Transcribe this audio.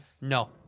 no